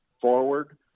forward